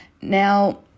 Now